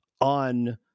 on